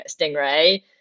Stingray